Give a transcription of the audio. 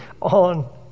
on